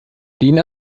den